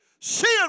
Sin